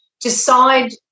decide